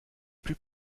plus